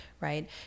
Right